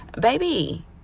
Baby